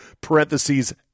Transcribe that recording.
parentheses